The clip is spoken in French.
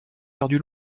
perdu